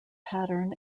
pattern